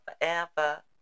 forever